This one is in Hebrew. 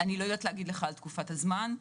אני לא יודעת לומר על תקופת הזמן.